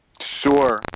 Sure